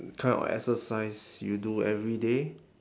kind of exercise you do every day